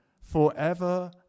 forever